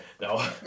no